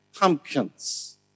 pumpkins